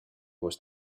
was